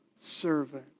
servant